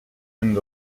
end